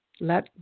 Let